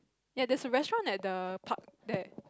ya there's a restaurant at the park there